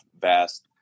vast